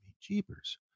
jeepers